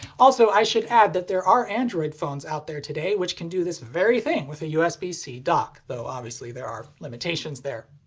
also i should add that there are android phones out there today which can do this very thing with a usb-c dock, though obviously there are limitations there.